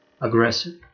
Aggressive